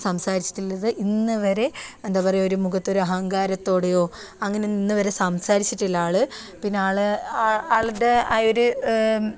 സംസാരിച്ചിട്ടുള്ളത് ഇന്നുവരെ എന്താണ് പറയാ ഒരു മുഖത്ത് ഒരു അഹങ്കാരത്തോടെയോ അങ്ങനെ ഇന്നുവരെ സംസാരിച്ചിട്ടില്ല ആൾ പിന്നെ ആൾ ആളുടെ ആ ഒരു